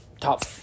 Top